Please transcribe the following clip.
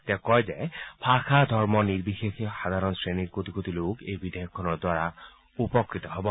তেওঁ কয় যে ধৰ্ম নিৰ্বিশেষে সাধাৰণ শ্ৰেণীৰ কোটি কোটি লোক এই বিধেয়কখনৰ দ্বাৰা উপকৃত হ'ব